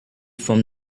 from